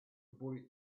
bullet